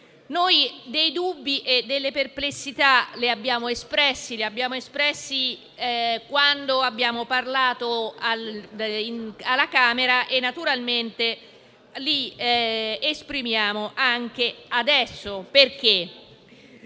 Noi dei dubbi e delle perplessità li abbiamo espressi quando siamo intervenuti alla Camera e naturalmente li esprimiamo anche adesso perché